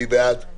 מי בעד ההסתייגות?